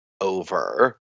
over